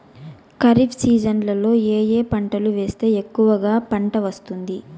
ఖరీఫ్ సీజన్లలో ఏ ఏ పంటలు వేస్తే ఎక్కువగా పంట వస్తుంది?